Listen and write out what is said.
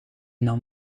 nam